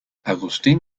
agustín